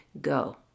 go